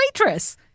waitress